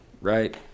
right